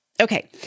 Okay